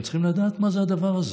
אתם צריכים לדעת מה זה הדבר הזה.